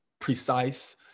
precise